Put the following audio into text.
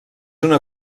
una